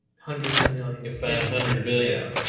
hundreds of million. five hundred million yeah